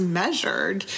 measured